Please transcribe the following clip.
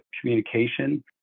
communication